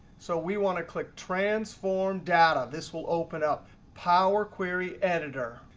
so we want to click transform data. this will open up power query editor.